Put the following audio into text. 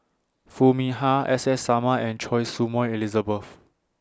Foo Mee Har S S Sarma and Choy Su Moi Elizabeth